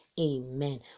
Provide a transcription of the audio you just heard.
Amen